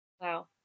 Wow